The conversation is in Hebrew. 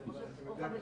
אני יודע שזה לא כאן.